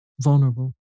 Vulnerable